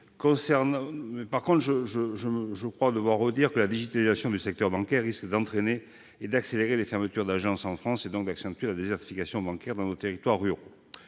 Toutefois, je tiens à rappeler que la digitalisation de ce secteur risque d'entraîner et d'accélérer les fermetures d'agences en France, et donc d'accentuer la désertification bancaire dans nos territoires ruraux.